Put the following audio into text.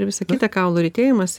ir visa kita kaulų retėjimas